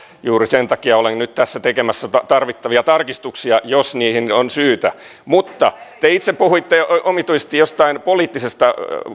juuri sen takia olen nyt tässä tekemässä tarvittavia tarkistuksia jos niihin on syytä mutta te itse puhuitte omituisesti jostain poliittisesta